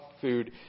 food